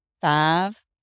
five